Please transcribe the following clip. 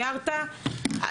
כי הערת והערת,